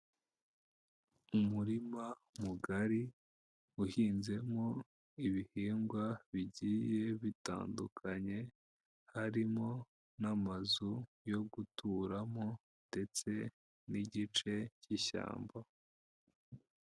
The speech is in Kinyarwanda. Umurima mugari uhinzemo ibihingwa bigiye bitandukanye, harimo n'amazu yo guturamo ndetse n'igice cy'ishyamba.